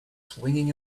swinging